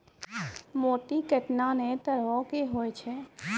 मोती केतना नै तरहो के होय छै